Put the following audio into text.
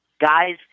Guys